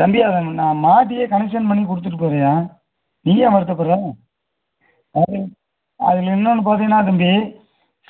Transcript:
தம்பி அதை நான் மாட்டியே கனெக்ஷன் பண்ணிக் கொடுத்துட்டு போகிறேன்யா நீ ஏன் வருத்தப்படுற அது அதில் இன்னொன்று பார்த்திங்கன்னா தம்பி